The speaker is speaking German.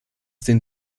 den